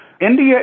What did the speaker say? India